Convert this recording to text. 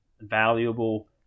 valuable